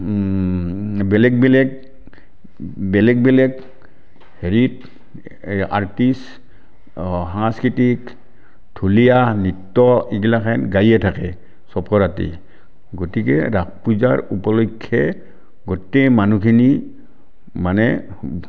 বেলেগ বেলেগ বেলেগ বেলেগ হেৰিত এই আৰ্টিষ্ট সাংস্কৃতিক ঢুলীয়া নৃত্য এইগিলাখেন গায়ে চপ ৰাতি থাকে গতিকে ৰাস পূজাৰ উপলক্ষে গোটেই মানুহখিনি মানে